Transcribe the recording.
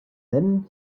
then